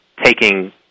taking